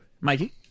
Mikey